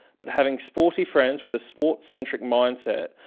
but having sporty friends with a sport-centric mindset,